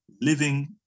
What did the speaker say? living